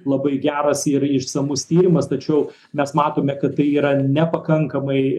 labai geras ir išsamus tyrimas tačiau mes matome kad tai yra nepakankamai